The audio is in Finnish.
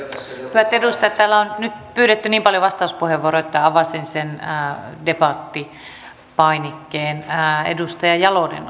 hyvät edustajat täällä on nyt pyydetty niin paljon vastauspuheenvuoroja että avasin sen debattipainikkeen edustaja jalonen